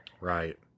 Right